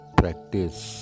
practice